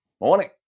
Morning